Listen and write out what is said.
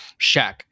Shaq